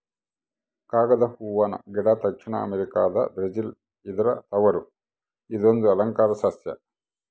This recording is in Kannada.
ಕಾಗದ ಹೂವನ ಗಿಡ ದಕ್ಷಿಣ ಅಮೆರಿಕಾದ ಬ್ರೆಜಿಲ್ ಇದರ ತವರು ಇದೊಂದು ಅಲಂಕಾರ ಸಸ್ಯ